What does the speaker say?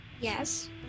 Yes